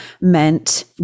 meant